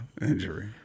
injury